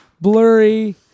blurry